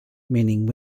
meaning